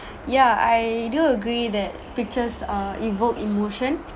ya I do agree that pictures uh evoke emotion